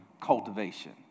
cultivation